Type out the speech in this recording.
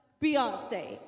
Beyonce